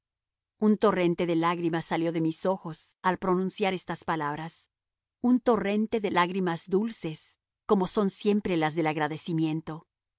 un torrente de lágrimas salió de mis ojos al pronunciar estas palabras un torrente de lágrimas dulces como son siempre las del agradecimiento